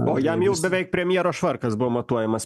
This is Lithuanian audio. o jam jau beveik premjero švarkas buvo matuojamas